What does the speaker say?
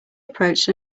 approached